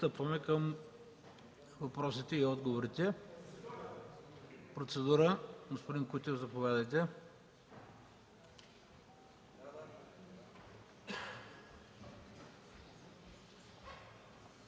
пристъпваме към въпросите и отговорите. За процедура – господин Кутев, заповядайте.